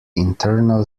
internal